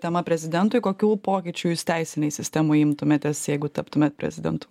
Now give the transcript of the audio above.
tema prezidentui kokių pokyčių jūs teisinėj sistemoj imtumėtės jeigu taptumėt prezidentu